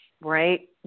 right